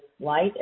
light